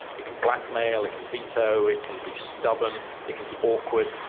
it can blackmail, it can veto, it can be stubborn, it can be awkward,